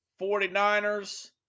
49ers